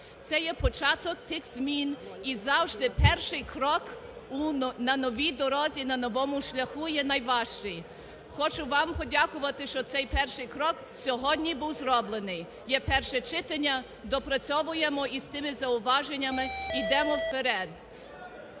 це є початок тих змін, і завжди перший крок на новій дорозі, на новому шляху є найважчий. Хочу вам подякувати, що цей перший крок сьогодні був зроблений. Є перше читання, доопрацьовуємо, і з тими зауваженнями і йдемо вперед.